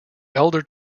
elder